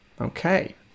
Okay